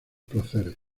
placeres